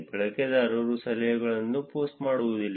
ಬಳಕೆದಾರರು ಸಲಹೆಗಳನ್ನು ಪೋಸ್ಟ್ ಮಾಡುವುದಿಲ್ಲ